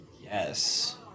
Yes